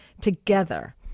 together